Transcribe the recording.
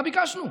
מה ביקשנו?